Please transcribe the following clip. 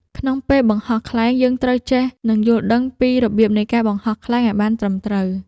ក្នុងពេលបង្ហោះខ្លែងយើងត្រូវចេះ និងយល់ដឹងពីរបៀបនៃការបង្ហោះខ្លែងឲ្យបានត្រឹមត្រូវ។